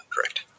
Correct